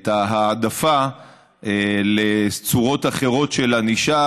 את ההעדפה לצורות אחרות של ענישה,